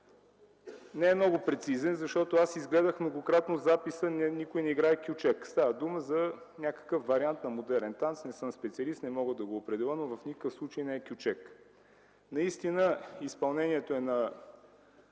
не е много прецизен. Изгледах записа многократно, там никой не играе кючек. Става дума за някакъв вариант на модерен танц, не съм специалист, не мога да го определя, но в никакъв случай не е кючек. Наистина изпълнението е на